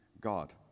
God